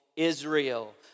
Israel